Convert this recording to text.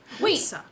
Wait